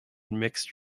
mixed